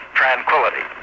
tranquility